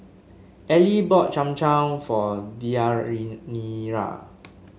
Eli bought Cham Cham for